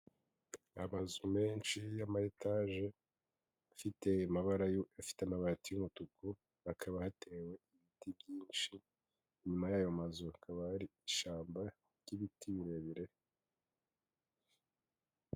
Amazu menshi y'amayetaje afite amabati y'umutuku, hakaba hatewe ibiti byinshi, inyuma y'ayo mazu hakaba hari ishyamba ry'ibiti birebire.